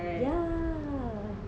yeah